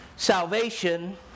Salvation